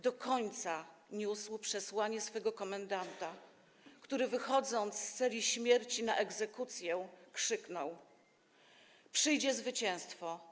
Do końca niósł przesłanie swojego komendanta, który wychodząc z celi śmierci na egzekucję, krzyknął: Przyjdzie zwycięstwo!